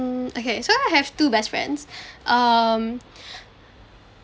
mm okay so I have two best friends um